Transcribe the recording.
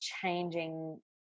changing